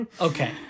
okay